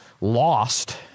lost